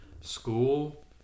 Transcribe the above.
school